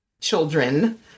children